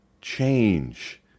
change